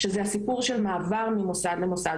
שזה הסיפור של מעבר ממוסד למוסד.